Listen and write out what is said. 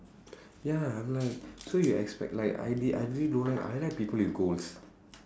ya I'm like so you expect like I really don't like I like people with goals